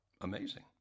Amazing